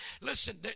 Listen